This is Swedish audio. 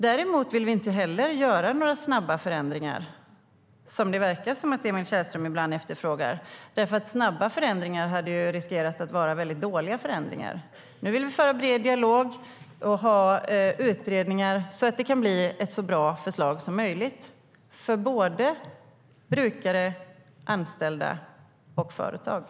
Däremot vill vi inte göra några snabba förändringar, som det ibland verkar som att Emil Källström efterfrågar. Snabba förändringar riskerar att vara dåliga förändringar. Nu vill vi föra en bred dialog och tillsätta utredningar så att det kan bli ett så bra förslag som möjligt för såväl brukare som anställda och företag.